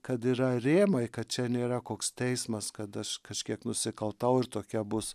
kad yra rėmai kad čia nėra koks teismas kad aš kažkiek nusikaltau ir tokia bus